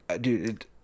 Dude